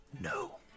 no